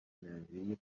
بینظیر